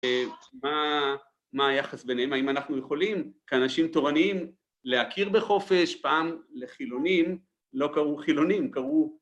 מה היחס ביניהם, האם אנחנו יכולים כאנשים תורניים להכיר בחופש, פעם לחילונים, לא קראו חילונים, קראו